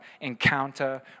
encounter